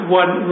one